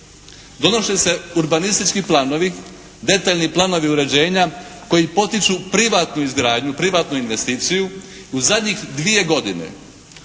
Donose se urbanistički planovi, detaljni planovi uređenja koji potiču privatnu izgradnju, privatnu investiciju. U zadnjih dvije godine